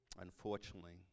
Unfortunately